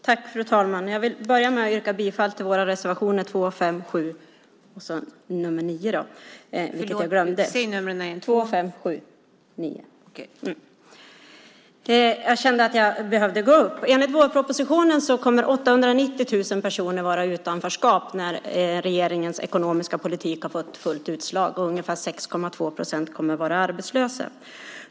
Fru talman! Jag vill börja med att yrka bifall till våra reservationer 2, 5, 7 och 9, vilket jag glömde att göra tidigare. Jag kände att jag behövde gå upp. Enligt vårpropositionen kommer 890 000 personer att vara i utanförskap när regeringens ekonomiska politik har fått fullt utslag, och ungefär 6,2 procent kommer att vara arbetslösa.